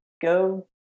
go